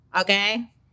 Okay